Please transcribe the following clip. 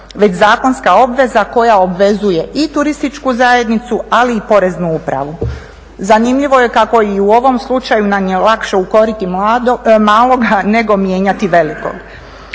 već zakonska obveza koja obvezuje i turističku zajednicu ali i poreznu upravu. Zanimljivo je kako i u ovom slučaju nam je lakše ukoriti maloga nego mijenjati velikoga,